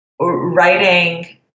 writing